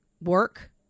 work